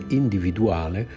individuale